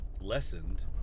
lessened